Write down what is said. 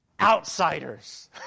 Outsiders